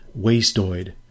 wasteoid